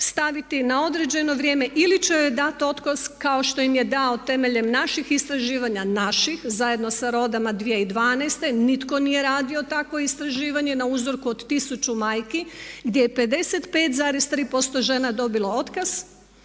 staviti na određeno vrijeme ili će joj dati otkaz kao što im je dao temeljem naših istraživanja, naših, zajedno sa RODA-ma 2012. Nitko nije radio takvo istraživanje na uzorku od 1000 majki gdje je 55,3% žena dobilo otkaz